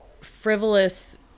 frivolous